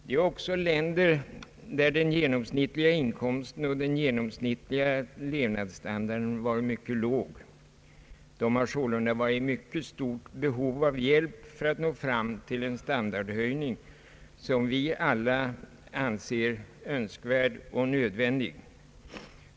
Det är också länder där den genomsnittliga inkomsten och den genomsnittliga levnadsstandarden är mycket låg. De har sålunda varit i mycket stort behov av hjälp för att nå fram till en standardhöjning som vi alla anser önskvärd och nödvändig.